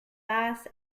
bass